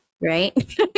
Right